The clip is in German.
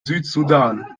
südsudan